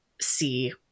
see